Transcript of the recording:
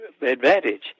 advantage